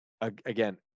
again